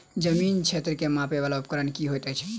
जमीन क्षेत्र केँ मापय वला उपकरण की होइत अछि?